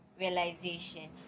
realization